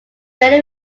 rainy